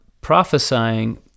prophesying